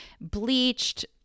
bleached